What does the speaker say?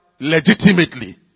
legitimately